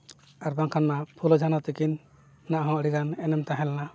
ᱟᱨ ᱵᱟᱝᱠᱷᱟᱱᱼᱢᱟ ᱯᱷᱩᱞᱳ ᱡᱷᱟᱱᱚ ᱛᱟᱹᱠᱤᱱ ᱱᱟᱦᱟᱜ ᱦᱚᱸ ᱟᱹᱰᱤᱜᱟᱱ ᱮᱱᱮᱢ ᱛᱟᱦᱮᱸᱞᱮᱱᱟ